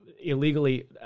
illegally